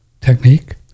technique